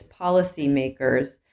policymakers